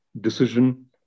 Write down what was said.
decision